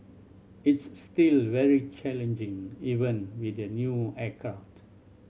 it's still very challenging even with the new aircraft